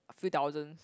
a few thousands